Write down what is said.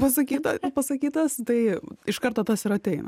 pasakyta pasakytas tai iš karto tas ir ateina